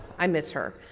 i miss her.